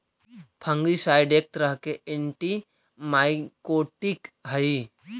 fungicide एक तरह के एंटिमाइकोटिक हई